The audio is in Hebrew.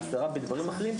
והסדרה בדברים אחרים,